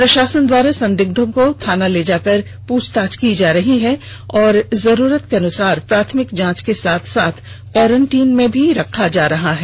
प्रषासन द्वारा संदिग्धों को थाना ले जा कर प्रछताछ की जा रही है और जरूरत के अनुसार प्राथमिक जांच के साथ साथ क्वारेंटीन में भी रखा जा रहा है